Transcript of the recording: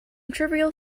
trivial